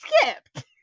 skipped